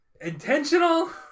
intentional